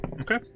Okay